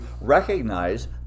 recognize